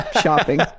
shopping